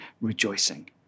rejoicing